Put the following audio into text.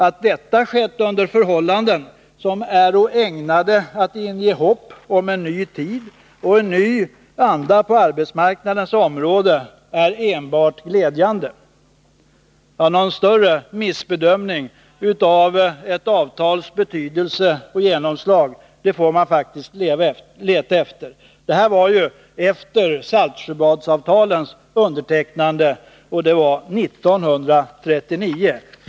Att detta skett under förhållanden, som äro ägnade att inge hopp om en ny tid och en ny anda på arbetsmarknadens område, är enbart glädjande.” Någon större missbedömning av ett avtals betydelse och genomslag får man faktiskt leta efter. Detta var 1939, efter Saltsjöbadsavtalets undertecknande.